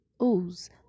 use